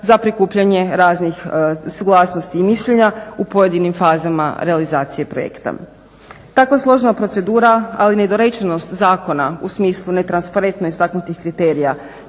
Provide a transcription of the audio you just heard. za prikupljanje raznih suglasnosti i mišljenja u pojedinim fazama realizacije projekta. Tako složena procedura, ali i nedorečenost zakona u smislu netransparentno istaknutih kriterija